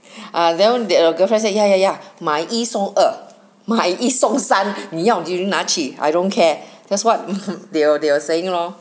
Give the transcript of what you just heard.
uh don't the girlfriend say ya ya ya 买一送二买一送三你要你拿去 I don't care that's what they were they were saying lor